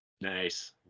nice